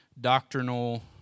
doctrinal